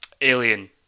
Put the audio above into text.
alien